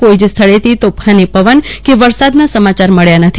કોઈ જ સ્થળેથી તોફાની પવન કે વરસાદના સમાચાર મળ્યા નથી